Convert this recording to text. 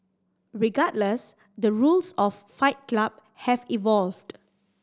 regardless the rules of Fight Club have evolved